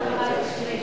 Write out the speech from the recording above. מה קרה למחירים?